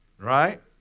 Right